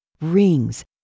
rings